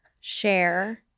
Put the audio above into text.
share